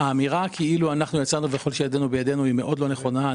האמירה כאילו אנחנו יצאנו וכל תאוותנו בידינו היא מאוד לא נכונה.